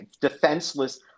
defenseless